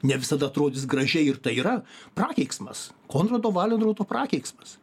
ne visada atrodys gražiai ir tai yra prakeiksmas konrado valenrodo prakeiksmas